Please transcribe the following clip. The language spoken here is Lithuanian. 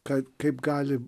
kai kaip gali